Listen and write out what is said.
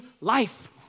life